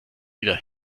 wieder